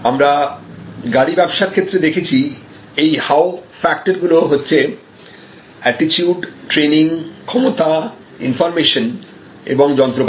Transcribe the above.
আমরা গাড়ি ব্যবসার ক্ষেত্রে দেখেছি এই হাও ফ্যাক্টরগুলো হচ্ছে অ্যাটিটিউড ট্রেনিং ক্ষমতা ইনফর্মেশন ও যন্ত্রপাতি